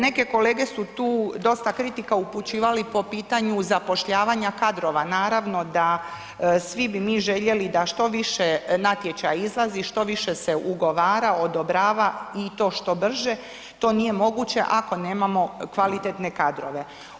Neke kolege su tu dosta kritika upućivali po pitanju zapošljavanja kadrova, naravno da svi bi mi željeli da što više natječaja izlazi, što više se ugovara, odobrava i to što brže, to nije moguće ako nemamo kvalitetne kadrove.